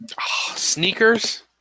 Sneakers